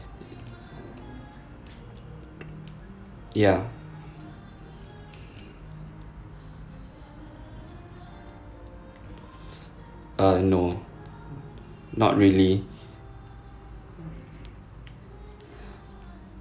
ya err no not really